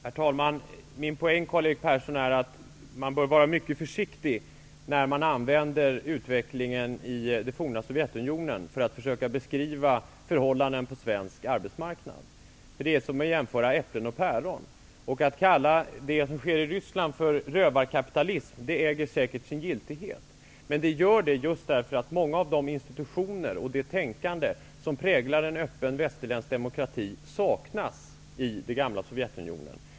Herr talman! Min poäng är, Karl-Erik Persson, att man bör vara mycket försiktig när man använder utvecklingen i det forna Sovjetunionen för att försöka beskriva förhållanden på svensk arbetsmarknad. Det är som att jämföra äpplen och päron. Att kalla det som sker i Ryssland för rövarkapitalism äger säkert sin giltighet. Men det gör det just därför att många av de institutioner och det tänkande som präglar en öppen västerländsk demokrati saknas i det gamla Sovjetunionen.